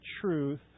truth